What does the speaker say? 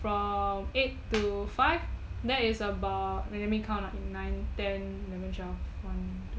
from eight to five there is about wait let me count ah eight nine ten eleven twelve one two